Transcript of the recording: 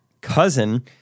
cousin